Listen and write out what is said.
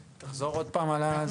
תחזור עוד פעם על זה.